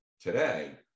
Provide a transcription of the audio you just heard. today